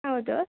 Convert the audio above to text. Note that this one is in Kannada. ಹೌದು